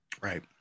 Right